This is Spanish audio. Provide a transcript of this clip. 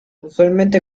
usualmente